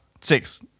six